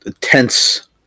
tense